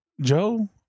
Joe